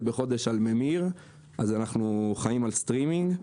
בחודש על ממיר אז אנחנו חיים על סטרימינג.